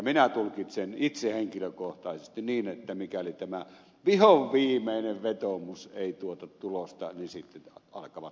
minä tulkitsen itse henkilökohtaisesti niin että mikäli tämä vihonviimeinen vetoomus ei tuota tulosta sitten alkavat pakkokeinot